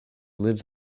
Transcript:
lives